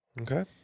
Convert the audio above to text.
Okay